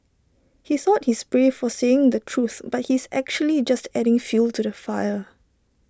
he thought he's brave for saying the truth but he's actually just adding fuel to the fire